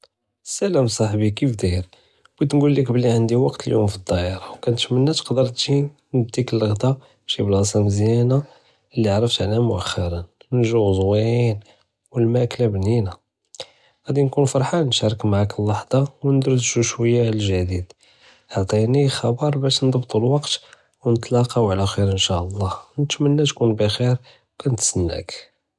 שלום סחבי כיף דאיר, بغيت נגול ליק בלי ענדי וקט ליומ פי דאר ו كنتשמנא תגדר תג'י נדיק ללغדה שי בלסה מזיאנה לראתשיה אנא מאוחרא, לג'ו זוויין ו למאקל בנינה, גאדי ניקון פרחאן נשתארק מעאכ אללהזה ו נדרדשו שויה עלג'דיד, עאטיני חבר באש נדזבטו לוקט ונטלקאו עלא חיר נשאללה ונתמנה תקון בכיר ו קנסנאק.